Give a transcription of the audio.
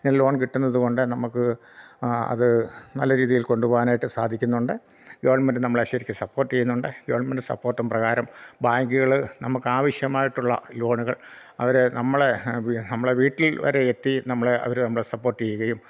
E loan കിട്ടുന്നത് കൊണ്ട് നമുക്ക് അത് നല്ല രീതിയിൽ കൊണ്ടുപോവാനായിട്ട് സാധിക്കുന്നുണ്ട് ഗവൺമെൻറ് നമ്മളെ ശരിക്കും സപ്പോർട്ട് ചെയ്യുന്നുണ്ട് ഗവൺമെൻറ് സപ്പോർട്ടും പ്രകാരം ബാങ്കുകൾ നമുക്ക് ആവശ്യമായിട്ടുള്ള ലോണുകൾ അവരെ നമ്മളെ നമ്മളെ വീട്ടിൽ വരെ എത്തി നമ്മളെ അവർ നമ്മളെ സപ്പോർട്ട ചെയ്യുകയും